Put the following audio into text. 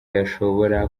yashobora